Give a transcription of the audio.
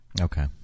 Okay